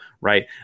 Right